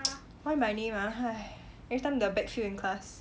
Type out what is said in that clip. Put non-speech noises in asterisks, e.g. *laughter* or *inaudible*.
*noise* why my name ah every time the back few in class